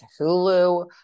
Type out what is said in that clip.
Hulu